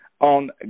on